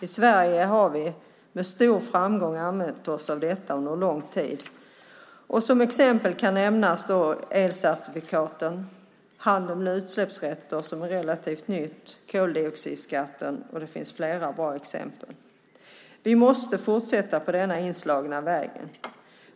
I Sverige har vi med stor framgång använt oss av detta under lång tid. Som exempel kan nämnas elcertifikaten, handel med utsläppsrätter som är relativt nytt, koldioxidskatten, och det finns flera bra exempel. Vi måste fortsätta på denna inslagna väg.